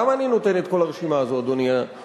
למה אני נותן את כל הרשימה הזאת, אדוני היושב-ראש?